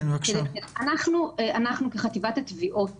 אנחנו כחטיבת התביעות